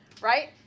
Right